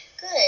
good